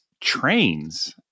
Trains